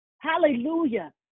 Hallelujah